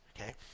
okay